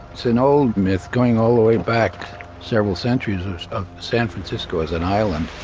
it's an old myth going all the way back several centuries of san francisco as an island.